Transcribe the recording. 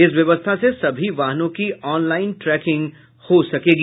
इस व्यवस्था से सभी वाहनों की ऑनलाईन ट्रैकिंग हो सकेगी